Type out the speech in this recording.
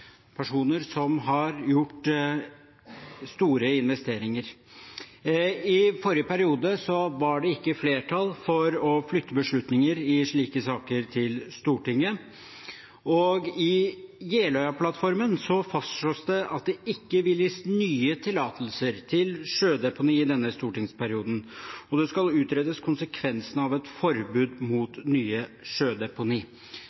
personer som har gjort store investeringer. I forrige periode var det ikke flertall for å flytte beslutninger i slike saker til Stortinget. I Jeløya-plattformen fastslås det at det ikke vil gis nye tillatelser til sjødeponi i denne stortingsperioden, og at konsekvensene av et forbud